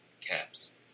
caps